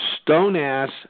stone-ass